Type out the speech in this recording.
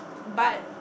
but